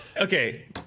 okay